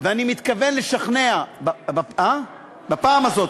ואני מתכוון לשכנע, בפעם הזאת.